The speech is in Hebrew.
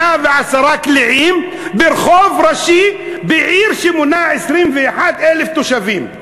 110 קליעים ברחוב ראשי בעיר שמונה 21,000 תושבים.